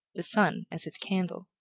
the sun as its candle.